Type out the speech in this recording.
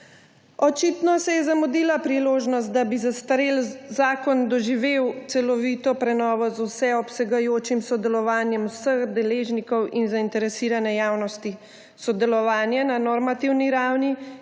Očitno se je zamudila priložnost, da bi zastareli zakon doživel celovito prenovo z vseobsegajočim sodelovanjem vseh deležnikov in zainteresirane javnosti. Sodelovanje na normativni ravni